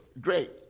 great